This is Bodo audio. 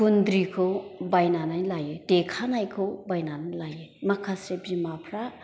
गुन्द्रिखौ बायनानै लायो देखानायखौ बायनानै लायो माखासे बिमाफ्रा